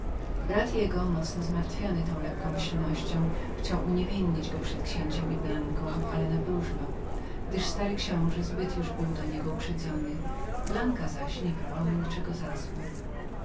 brat jego mocno zmartwiony tą lekkomyślnością chciał uniewinnić go przed księciem i blanką ale napróżno gdyż stary książe był już zbyt przeciw niemu uprzedzonym blanka zaś nie brała mu tego za złe